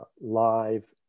Live